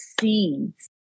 seeds